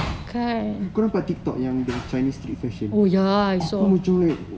kau nampak Tik Tok yang chinese street fashion aku macam like